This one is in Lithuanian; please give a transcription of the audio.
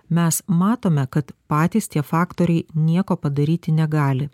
mes matome kad patys tie faktoriai nieko padaryti negali